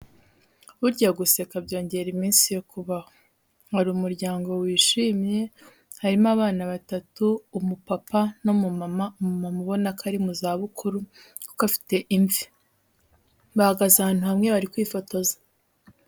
Burya guseka byongera iminsi yo kubaho, hari umuryango wishimye, harimo abana batatu umupapa n'umumama, umumama ubona ko ari mu zabukuru kuko afite imvi, bahagaze ahantu hamwe bari kwifotoza.